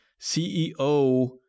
CEO